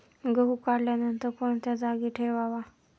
गहू काढल्यानंतर कोणत्या जागी ठेवावा?